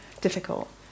difficult